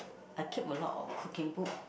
I keep a lot of cooking book